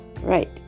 Right